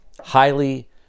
highly